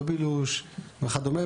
בבילוש וכדומה,